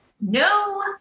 no